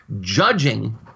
Judging